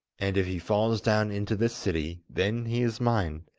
and if he falls down into this city, then he is mine.